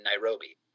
nairobi